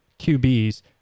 QBs